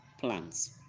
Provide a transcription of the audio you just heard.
plans